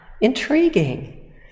Intriguing